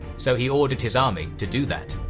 so he ordered his army to do that.